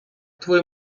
твої